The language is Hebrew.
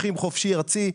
לוקחים חופשי ארצי,